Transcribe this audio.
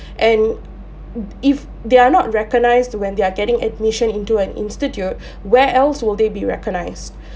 and d~ if they are not recognised when they're getting admission into an institute where else will they be recognized